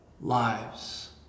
lives